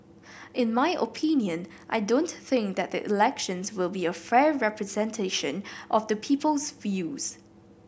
in my opinion I don't think that the elections will be a fair representation of the people's views